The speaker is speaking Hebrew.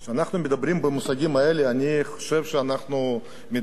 כשאנחנו מדברים במושגים האלה אני חושב שאנחנו מדברים